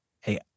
hey